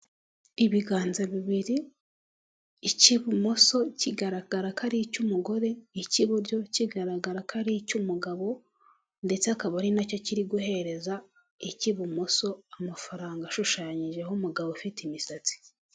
Ibiganza bibiri; icy'ibumoso kigaragara ko ari icy'umugore icy'iburyo kigaragara ko ari icy'umugabo, ndetse akaba ari nacyo kiri guhereza icy'ibumoso amafaranga ashushanyijeho umugabo ufite imisatsi.